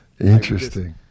Interesting